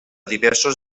diversos